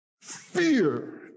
fear